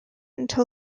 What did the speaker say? until